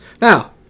Now